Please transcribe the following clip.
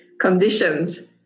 conditions